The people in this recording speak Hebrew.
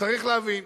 צריך להבין,